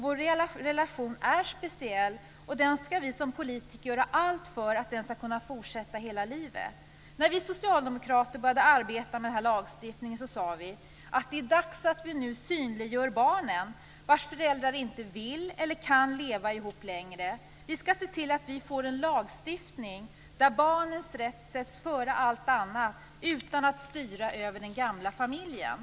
Vår relation är speciell. Vi skall som politiker göra allt för att den skall kunna fortsätta hela livet. När vi socialdemokrater började arbeta med denna lagstiftning sade vi att det är dags att vi nu synliggör de barn vars föräldrar inte vill eller kan leva ihop längre. Vi skall se till att vi får en lagstiftning där barnens rätt sätts före allt annat utan att styra över den gamla familjen.